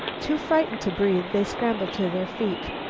too frightened to breathe they scrambled to their feet.